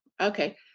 okay